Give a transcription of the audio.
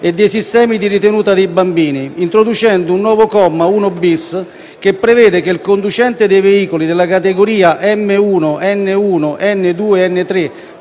e dei sistemi di ritenuta dei bambini, introducendo un nuovo comma, 1-*bis*, che prevede che il conducente dei veicoli della categoria M1, N1, N2 ed N3